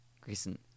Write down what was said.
grayson